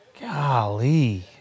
Golly